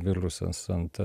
virusas ant